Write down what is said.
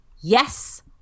yes